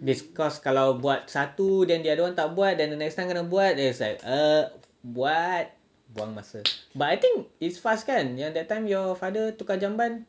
because kalau buat satu then the other one tak buat then the next time kena buat then is like err what buang masa but I think it's fast kan yang that time your father tukar jamban